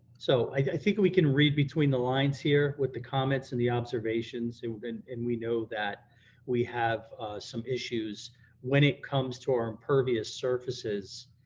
so i think we can read between the lines here with the comments and the observations and and and we know that we have some issues when it comes to our impervious surfaces